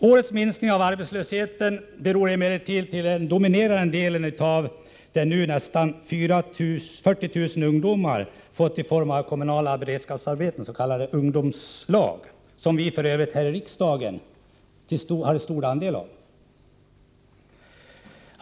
Årets minskning av arbetslösheten beror emellertid till dominerande del på att nästan 40 000 ungdomar fått kommunala beredskapsarbeten i s.k. ungdomslag, som vi f.ö. här i riksdagen i hög grad från centern har bidragit till att skapa.